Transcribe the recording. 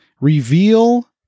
Reveal